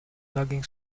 logging